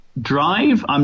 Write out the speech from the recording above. Drive